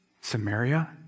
Samaria